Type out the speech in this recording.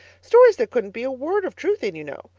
stories there couldn't be a word of truth in, you know.